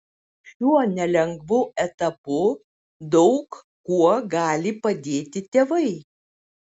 šiuo nelengvu etapu daug kuo gali padėti tėvai